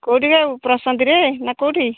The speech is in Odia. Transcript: କେଉଁଠି ଖାଇବୁ ପ୍ରଶାନ୍ତିରେ ନା କେଉଁଠି